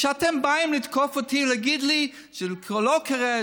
כשאתם באים לתקוף אותי ולהגיד לי זה וזה,